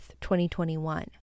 2021